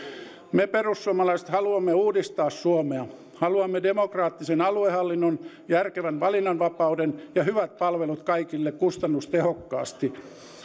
me perussuomalaiset haluamme uudistaa suomea haluamme demokraattisen aluehallinnon järkevän valinnanvapauden ja hyvät palvelut kaikille kustannustehokkaasti